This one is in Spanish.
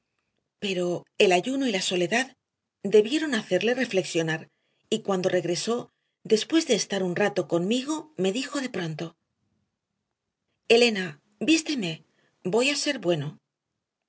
pero el ayuno y la soledad debieron hacerle reflexionar y cuando regresó después de estar un rato conmigo me dijo de pronto elena vísteme voy a ser bueno